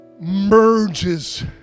merges